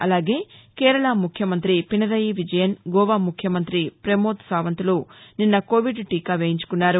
అలాగే కేరళ ముఖ్యమంత్రి పినరయి విజయన్ గోవా ముఖ్యమంతి ప్రమోద్ సావంత్లు నిన్న కొవిడ్ టీకా వేయించుకున్నారు